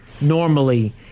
normally